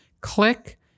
Click